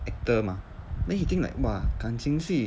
actor mah then he think like !wah! 感情戏